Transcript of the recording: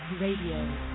Radio